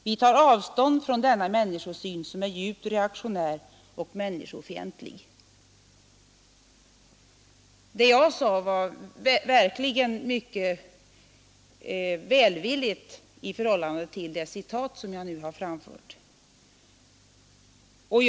Vi tar avstånd från denna människosyn som är djupt reaktionär och människofientlig.” Det jag sade var verkligen mycket välvilligt i förhållande till det citat jag nu har läst upp.